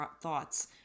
thoughts